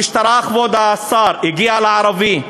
המשטרה, כבוד השר, הגיעה לערבי.